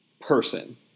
person